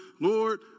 Lord